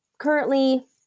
Currently